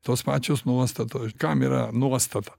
tos pačios nuostatos kam yra nuostata